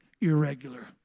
irregular